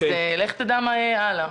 לך תדע מה יהיה הלאה.